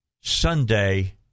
sunday